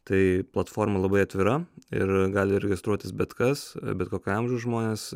tai platforma labai atvira ir gali registruotis bet kas bet kokio amžiaus žmonės